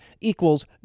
equals